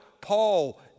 Paul